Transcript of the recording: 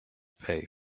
pay